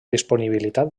disponibilitat